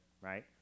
right